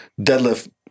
deadlift